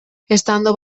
estando